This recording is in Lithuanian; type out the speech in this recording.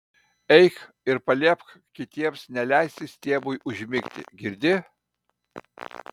eik ir paliepk kitiems neleisti stiebui užmigti girdi